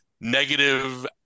negative